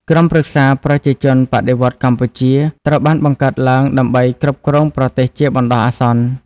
ក្រុមប្រឹក្សាប្រជាជនបដិវត្តន៍កម្ពុជា ត្រូវបានបង្កើតឡើងដើម្បីគ្រប់គ្រងប្រទេសជាបណ្ដោះអាសន្ន។